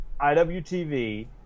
IWTV